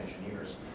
engineers